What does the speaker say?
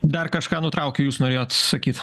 dar kažką nutraukė jūs norėjot sakyt